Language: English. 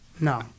No